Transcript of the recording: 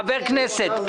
חבר כנסת,